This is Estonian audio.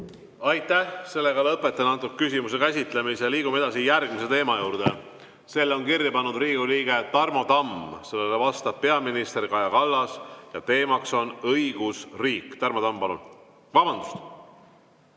Aitäh! Lõpetan selle küsimuse käsitlemise. Liigume edasi järgmise teema juurde. Selle on kirja pannud Riigikogu liige Tarmo Tamm, vastab peaminister Kaja Kallas ja teemaks on õigusriik. Tarmo Tamm, palun! Vabandust,